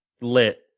lit